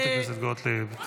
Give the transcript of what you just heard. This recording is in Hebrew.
חברת הכנסת גוטליב.